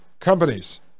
Companies